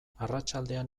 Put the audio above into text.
arratsaldean